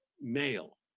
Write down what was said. male